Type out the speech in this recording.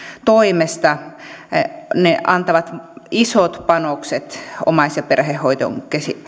toimesta antavat isot panokset omais ja perhehoidon